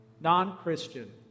non-Christian